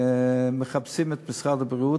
מחפשים את משרד הבריאות,